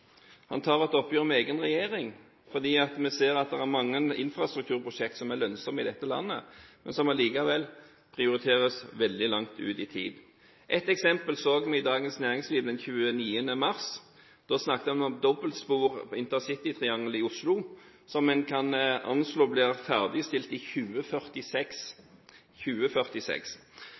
Han tar et oppgjør med egen regjering, fordi en ser at det er mange infrastrukturprosjekter som er lønnsomme i dette landet, som likevel prioriteres veldig langt ut i tid. Ett eksempel så vi i Dagens Næringsliv den 29. mars. Da snakket man om dobbeltsporet intercitytriangel rundt Oslo, som man kan anslå blir ferdigstilt i